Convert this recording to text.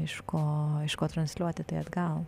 iš ko aišku transliuoti tai atgal